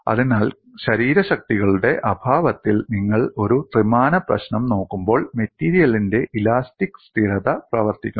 അതിനാൽ ശരീരശക്തികളുടെ അഭാവത്തിൽ നിങ്ങൾ ഒരു ത്രിമാന പ്രശ്നം നോക്കുമ്പോൾ മെറ്റീരിയലിന്റെ ഇലാസ്റ്റിക് സ്ഥിരത പ്രവർത്തിക്കുന്നു